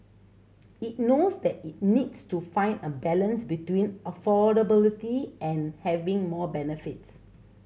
it knows that it needs to find a balance between affordability and having more benefits